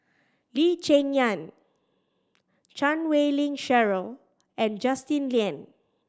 Lee Cheng Yan Chan Wei Ling Cheryl and Justin Lean